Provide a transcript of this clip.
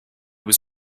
was